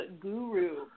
guru